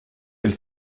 elle